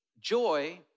joy